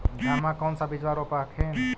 धनमा कौन सा बिजबा रोप हखिन?